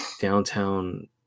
downtown